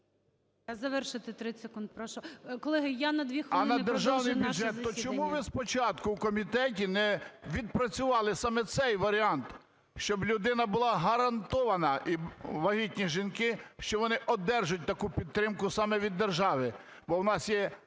Завершити 30 секунд прошу. Колеги, я на 2 хвилини продовжу наше засідання. ЗАБОЛОТНИЙ Г.М. …а державний бюджет, то чому ви спочатку в комітеті не відпрацювали саме цей варіант, щоб людина була гарантована, і вагітні жінки, що вони одержать таку підтримку саме від держави.